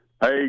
Hey